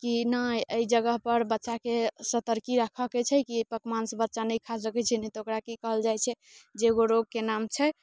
कि नहि एहि जगह पर बच्चाके सतर्की राखेके छै की ई पकवान सब बच्चा नहि खा सकैत छै तनहि ऽ ओकरा की कहल जाइत छै जे ओ एगो रोगके नाम छै